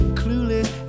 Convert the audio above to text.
clueless